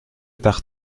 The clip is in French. par